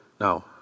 Now